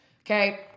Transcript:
okay